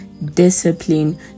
discipline